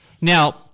Now